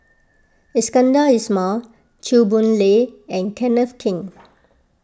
Iskandar Ismail Chew Boon Lay and Kenneth Keng